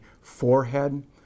forehead